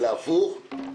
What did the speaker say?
אלא הפוך.